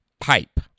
pipe